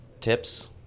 Tips